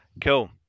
cool